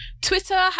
Twitter